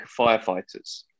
firefighters